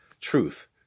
truth